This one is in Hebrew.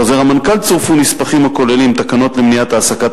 לחוזר המנכ"ל צורפו נספחים הכוללים תקנות למניעת העסקת